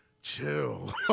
Chill